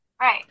Right